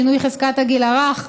שינוי חזקת הגיל הרך,